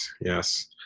Yes